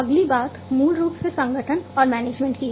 अगली बात मूल रूप से संगठन और मैनेजमेंट की है